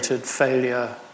...failure